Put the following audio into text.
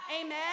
Amen